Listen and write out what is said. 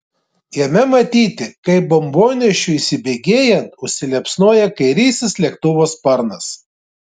jame matyti kaip bombonešiui įsibėgėjant užsiliepsnoja kairysis lėktuvo sparnas